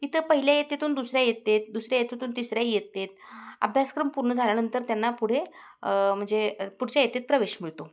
इथं पहिले तिथून दुसऱ्या इयत्तेत दुसऱ्या इयत्तेतून तिसऱ्या इयत्तेत अभ्यासक्रम पूर्ण झाल्यानंतर त्यांना पुढे म्हणजे पुढच्या इयत्तेत प्रवेश मिळतो